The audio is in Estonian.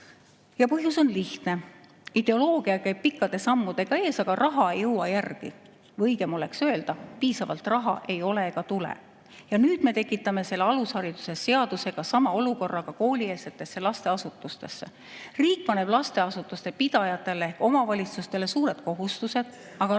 Põhjus on lihtne: ideoloogia käib pikkade sammudega ees, aga raha ei jõua järgi või õigem oleks öelda, et piisavalt raha ei ole ega tule. Ja nüüd me tekitame selle alushariduse seadusega sama olukorra ka koolieelsetesse lasteasutustesse. Riik paneb lasteasutuste pidajatele ehk omavalitsustele suured kohustused, aga raha, vaat